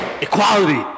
Equality